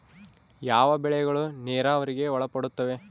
ಯಾವ ಬೆಳೆಗಳು ನೇರಾವರಿಗೆ ಒಳಪಡುತ್ತವೆ?